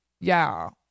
y'all